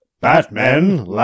Batman